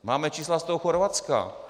Máme čísla z toho Chorvatska.